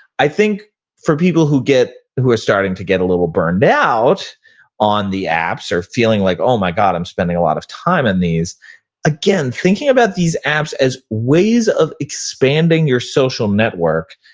i think for people who get, who are starting to get a little burned out on the apps or feeling like, oh my god, i'm spending a lot of time on and these again, thinking about these apps as ways of expanding your social network,